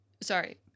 sorry